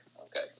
Okay